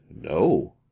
No